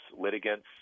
litigants